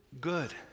good